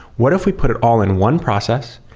what if we put it all in one process?